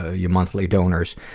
ah yeah monthly donors.